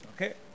Okay